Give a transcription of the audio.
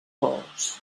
bous